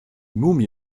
mumie